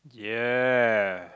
ya